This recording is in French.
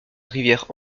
rivière